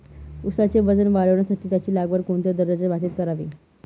ऊसाचे वजन वाढवण्यासाठी त्याची लागवड कोणत्या दर्जाच्या मातीत करावी?